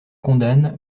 condamne